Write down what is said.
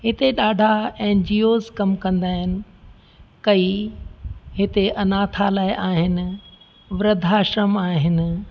हिते ॾाढा एनजीओस कमु कंदा आहिनि कई हिते अनाथाल्य आहिनि वृधाश्रम आहिनि